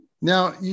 now